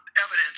evidence